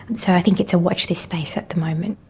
and so i think it's a watch this space at the moment.